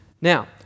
Now